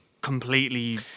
completely